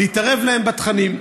להתערב להם בתכנים.